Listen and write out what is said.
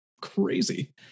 crazy